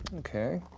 okay,